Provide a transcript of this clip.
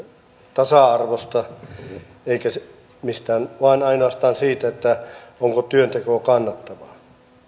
tasa arvosta vaan ainoastaan siitä onko työnteko kannattavaa